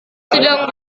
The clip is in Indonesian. sedang